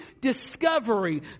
discovery